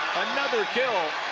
another kill,